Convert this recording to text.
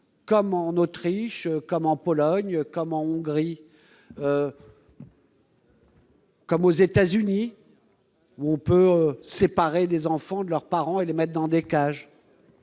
comme en Autriche, en Pologne, en Hongrie ou aux États-Unis, où l'on peut séparer des enfants de leurs parents et les mettre dans des cages